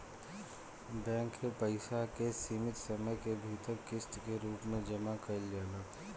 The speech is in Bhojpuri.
बैंक के पइसा के सीमित समय के भीतर किस्त के रूप में जामा कईल जाला